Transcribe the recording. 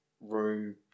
room